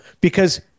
Because-